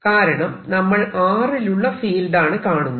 കാരണം നമ്മൾ r ലുള്ള ഫീൽഡ് ആണ് കാണുന്നത്